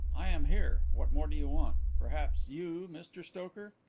i am here what more do you want? perhaps you, mr stoker?